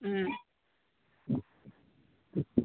మ్మ్